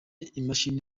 imashini